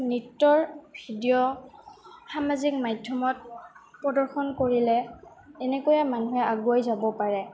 নৃত্যৰ ভিডিঅ' সামাজিক মাধ্যমত প্ৰদৰ্শন কৰিলে এনেকৈয়ে মানুহে আগুৱাই যাব পাৰে